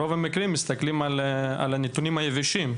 ברוב המקרים מסתכלים על הנתונים היבשים,